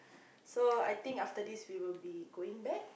so I think after this we will be going back